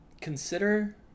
consider